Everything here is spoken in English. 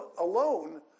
alone